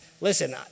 Listen